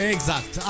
Exact